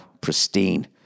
pristine